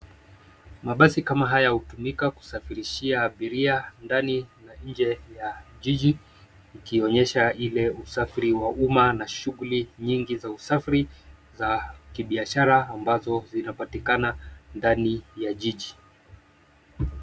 Mabasi kama haya hutumika kusafirishia abiria ndani na nje ya jiji. Ikionyesha ile usafiri wa umma na shughuli nyingi za usafiri za kibiashara ambazo zinapatikana ndani ya jiji.